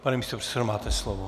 Pane místopředsedo, máte slovo.